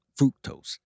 fructose